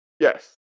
Yes